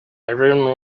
everyone